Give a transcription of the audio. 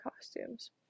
costumes